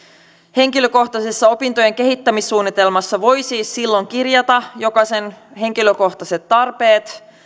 henkilökohtaisessa osaamisen kehittämissuunnitelmassa voi siis silloin kirjata jokaisen henkilökohtaiset tarpeet